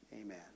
Amen